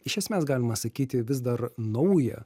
iš esmės galima sakyti vis dar naują